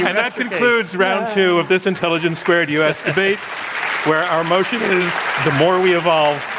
kind of that concludes round two of this intelligence squared u. s, where our motion is the more we evolve,